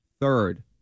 Third